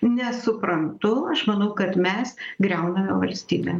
nesuprantu aš manau kad mes griauname valstybę